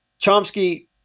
Chomsky